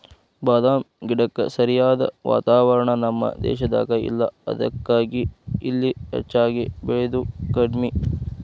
ಬಾದಾಮ ಗಿಡಕ್ಕ ಸರಿಯಾದ ವಾತಾವರಣ ನಮ್ಮ ದೇಶದಾಗ ಇಲ್ಲಾ ಅದಕ್ಕಾಗಿ ಇಲ್ಲಿ ಹೆಚ್ಚಾಗಿ ಬೇಳಿದು ಕಡ್ಮಿ